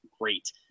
great